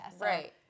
Right